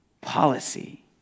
policy